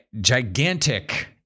gigantic